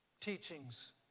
teachings